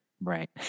Right